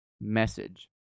message